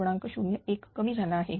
01 कमी झाला आहे